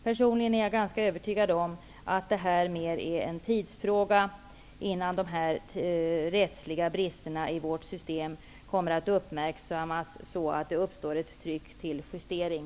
Personligen är jag ganska övertygad om att det är en tidsfråga innan dessa rättsliga brister i vårt system kommer att uppmärksammas så att det uppstår ett tryck för justering.